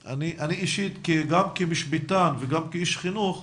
אני אישית, גם כמשפטן וגם כאיש חינוך,